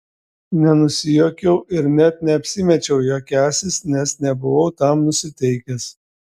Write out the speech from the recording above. nenusijuokiau ir net neapsimečiau juokiąsis nes nebuvau tam nusiteikęs